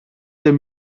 der